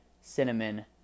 cinnamon